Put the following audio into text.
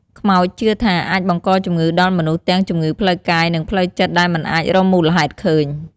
ខ្មោចជឿថាអាចបង្កជំងឺដល់មនុស្សទាំងជំងឺផ្លូវកាយ និងផ្លូវចិត្តដែលមិនអាចរកមូលហេតុឃើញ។